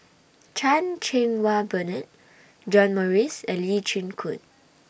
Chan Cheng Wah Bernard John Morrice and Lee Chin Koon